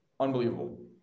Unbelievable